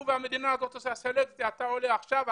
והמדינה הזאת עושה סלקציה ואתה עולה עכשיו,